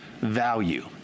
value